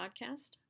podcast